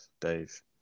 Dave